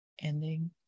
ending